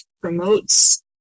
promotes